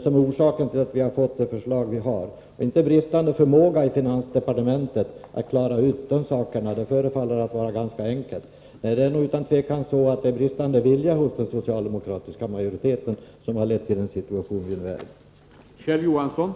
som är orsaken till att vi har fått det förslag som vi har fått. Det handlar inte heller om någon bristande förmåga i finansdepartementet att klara ut dessa förhållanden — det förefaller att vara ganska enkelt. Utan tvivel är det en bristande vilja hos den socialdemokratiska majorite ten som har lett till den situation som vi befinner oss i.